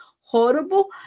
horrible